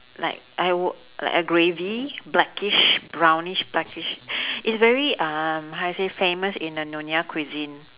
like I wou~ like a gravy blackish brownish blackish it's very um how you say famous in a nyonya cuisine